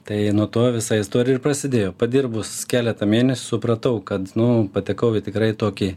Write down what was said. tai nuo to visais prasidėjo padirbus keletą mėnesių pratau kad nu patekau į tikrai tokį